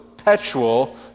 perpetual